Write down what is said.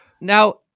Now